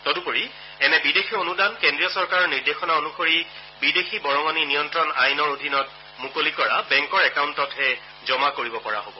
তদুপৰি এনে বিদেশী অনুদান কেন্দ্ৰীয় চৰকাৰৰ নিৰ্দেশনা অনুসৰি বিদেশী বৰঙণি নিয়ন্ত্ৰণ আইনৰ অধীনত মুকলি কৰা বেংকৰ একাউণ্টতহে জমা কৰিব পৰা হ'ব